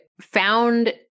found